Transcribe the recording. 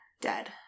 dead